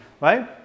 right